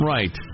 Right